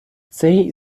цей